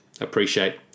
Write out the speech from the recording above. appreciate